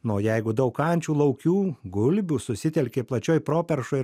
na o jeigu daug ančių laukių gulbių susitelkė plačioje properšoj